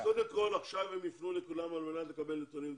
אז קודם כל עכשיו הם יפנו לכולם על מנת לקבל נתונים מדויקים.